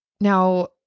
Now